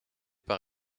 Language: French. par